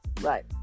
Right